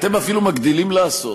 אתם אפילו מגדילים לעשות.